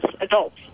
adults